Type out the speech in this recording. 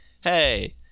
hey